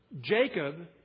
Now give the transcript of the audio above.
Jacob